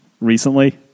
Recently